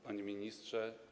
Panie Ministrze!